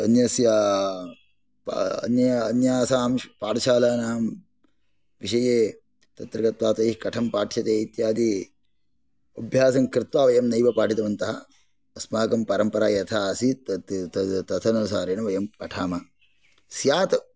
अन्यस्य अन्यासां पाठशालानां विषये तत्र गत्वा तैः कथं पाठ्यते इत्यादि अभ्यासं कृत्वा वयं नैव पाठितवन्तः अस्माकं परम्परा यथा आसीत् तदनुसारेण वयं पठामः स्यात्